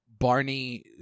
Barney